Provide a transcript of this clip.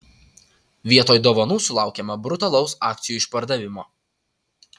vietoj dovanų sulaukėme brutalaus akcijų išpardavimo